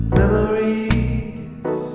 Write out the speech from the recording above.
memories